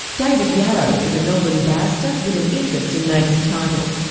david yarrow is a melbourne barrister with an interest in native title.